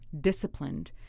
disciplined